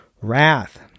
wrath